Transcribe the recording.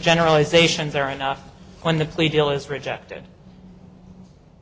generalizations are enough when the plea deal is rejected